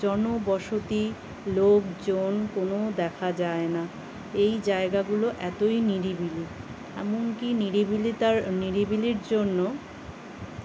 জনবসতি লোকজন কোনো দেখা যায় না এই জায়গাগুলো এতই নিরিবিলি এমন কি নিরিবিলি তার নিরিবিলির জন্য